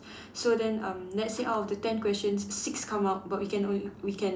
so then um let's say out of the ten questions six come out but we can only we can